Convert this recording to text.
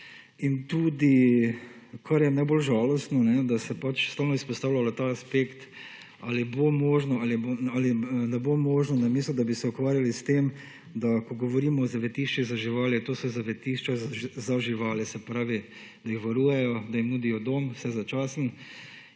in tudi kar je najbolj žalostno, da se je pač stalno izpostavljalo ta aspekt ali bo možno ali ne bo možno, namesto da ti se ukvarjali s tem, da ko govorimo o zavetiščih za živali, to so zavetišča za živali. Se pravi, da jih varujejo, da jim nudijo dom, vsaj začasen